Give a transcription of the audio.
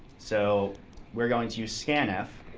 so we're going to use scanf,